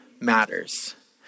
matters